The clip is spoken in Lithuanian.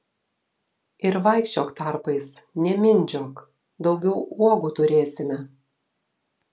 ir vaikščiok tarpais nemindžiok daugiau uogų turėsime